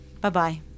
Bye-bye